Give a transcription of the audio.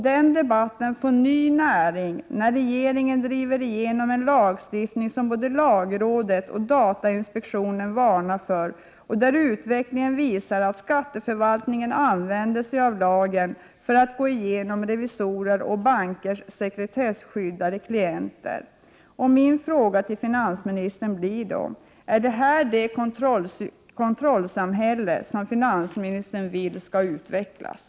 Den debatten får ny näring när regeringen driver igenom en lagstiftning som både lagrådet och datainspektionen varnar för och utvecklingen visar att skatteförvaltningen använder sig av lagen för att gå igenom revisorers och bankers sekretesskyddade klienthandlingar. Min fråga till finansministern blir: Är detta det kontrollsamhälle som finansministern vill skall utvecklas?